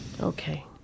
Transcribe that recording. Okay